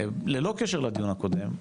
ללא קשר לדיון הקודם,